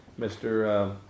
mr